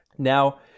now